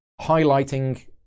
highlighting